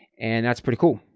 and that's pretty cool.